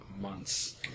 months